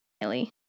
Miley